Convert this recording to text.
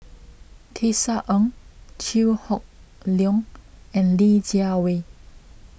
Tisa Ng Chew Hock Leong and Li Jiawei